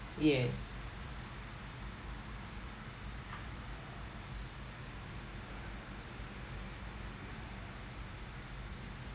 yes